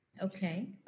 Okay